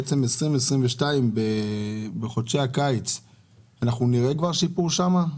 בעצם 2022 בחודשי הקיץ אנחנו נראה כבר שיפור שם?